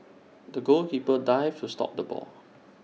the goalkeeper dived to stop the ball